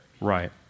Right